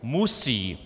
Musí!